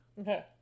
Okay